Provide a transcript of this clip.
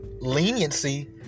leniency